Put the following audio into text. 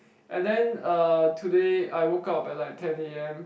and then uh today I woke up at like ten a_m